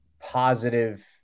positive